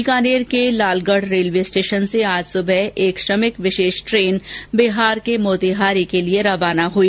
बीकानेर के Lalgarh railway station से आज सुबह एक श्रमिक विशेष ट्रेन बिहार के मोतीहारी के लिए रवाना हुई